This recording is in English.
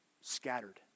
scattered